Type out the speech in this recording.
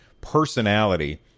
personality